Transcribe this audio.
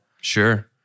Sure